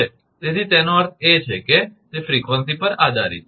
તેથી તેનો અર્થ છે કે તે ફ્રિકવન્સી પર આધારીત છે